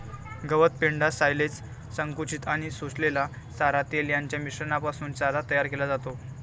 गवत, पेंढा, सायलेज, संकुचित आणि सोललेला चारा, तेल यांच्या मिश्रणापासून चारा तयार केला जातो